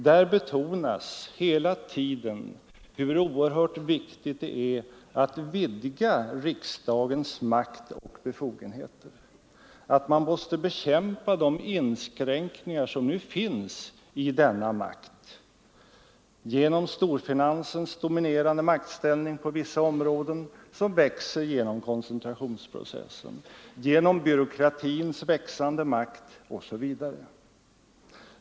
Där betonas hela tiden hur oerhört viktigt det är att vidga riksdagens makt och befogenheter, att man måste bekämpa de inskränkningar som nu finns i denna makt genom storfinansens dominerande maktställning på stora områden och som växer genom koncentrationsprocessen, genom byråkratins ökande makt osv.